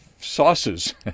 sauces